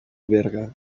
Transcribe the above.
berga